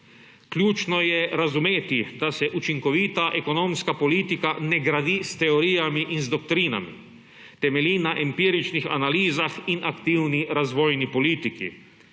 Ključno je razumeti, da se učinkovita ekonomska politika ne gradi s teorijami in z doktrinami. Temelji na empiričnih analizah in aktivni razvojni politiki.